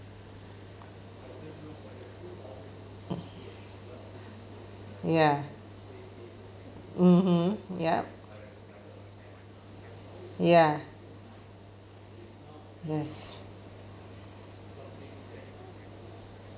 ya mmhmm yup ya yes